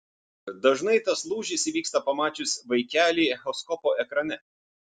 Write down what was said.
dažnai tas lūžis įvyksta pamačius vaikelį echoskopo ekrane